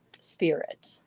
spirit